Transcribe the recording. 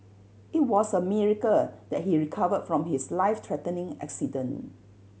it was a miracle that he recovered from his life threatening accident